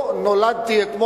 לא הקליטו?